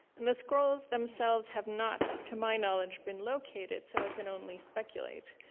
and the scrolls themselves have not, to my knowledge, been located so i can only speculate.